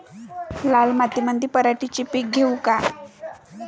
लाल मातीमंदी पराटीचे पीक घेऊ का?